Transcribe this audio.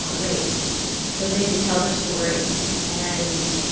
um raped so they could tell their story and